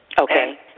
okay